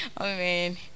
Amen